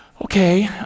Okay